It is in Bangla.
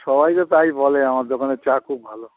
সবাই তো তাই বলে আমার দোকানের চা খুব ভালো